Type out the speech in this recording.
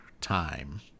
time